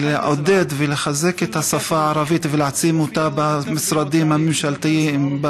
לעודד ולחזק את השפה הערבית ולהעצים אותה במשרדים הממשלתיים,